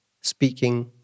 speaking